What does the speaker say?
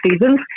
seasons